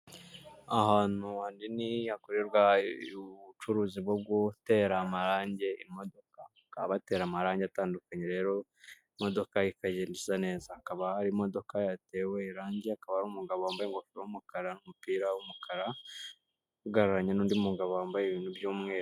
Ahantu hanini hakorerwa ubucuruzi bwo gutera amarange imodoka, bakaba batera amarangi atandukanye, rero imodoka ikagenda isa neza. Hakaba hari imodoka yatewe irange, hakaba hari umugabo wambaye ingofero y'umukara umupira w'umukara, uhagararanye n'undi mugabo wambaye ibintu by'umweru.